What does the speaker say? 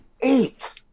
eight